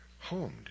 homed